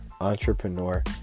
entrepreneur